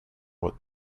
what